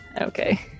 Okay